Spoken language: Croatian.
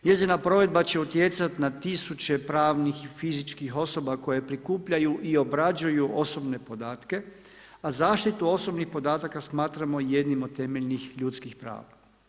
Njezina provedba će utjecati na tisuće pravnih i fizičkih osoba koje prikupljaju i obrađuju osobne podatke, a zaštitu osobnih podataka smatramo jednim od temeljnih ljudskih prava.